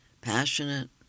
passionate